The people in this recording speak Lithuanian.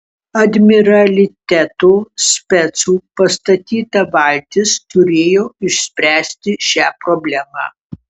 admiraliteto specų pastatyta valtis turėjo išspręsti šią problemą